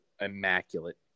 immaculate